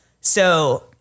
so-